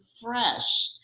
fresh